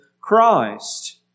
Christ